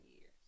years